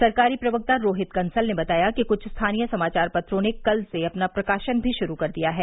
सरकारी प्रवक्ता रोहित कंसल ने बताया कि कुछ स्थानीय समाचार पत्रों ने कल से अपना प्रकाशन भी शुरू कर दिया है